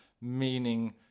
meaning